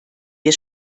wir